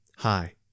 Hi